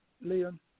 Leon